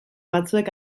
batzuek